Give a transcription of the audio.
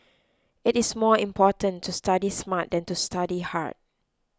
it is more important to study smart than to study hard